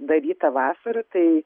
daryta vasarą tai